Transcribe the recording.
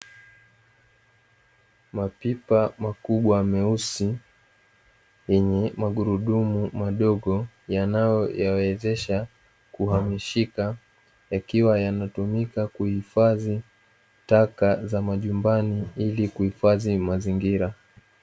Mapipa makubwa meusi, yenye magurudumu madogo yanayoyawezesha kuhamishika, yakiwa yanatumika kuhifadhi taka za majumbani ili kuhifadhi mazingira.